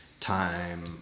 time